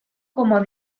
como